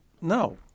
no